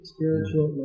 Spiritual